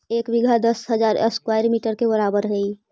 एक बीघा दस हजार स्क्वायर मीटर के बराबर हई